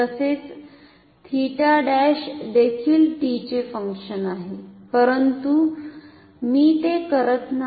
तसेच 𝜃′ देखिल t चे फंक्शन आहे परंतु मी ते करत नाही